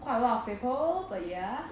quite a lot of people but ya